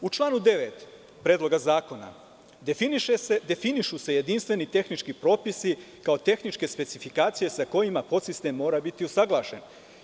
U članu 9. Predloga zakona definišu se jedinstveni tehnički propisi kao tehničke specifikacije sa kojima podsistem mora biti usaglašen.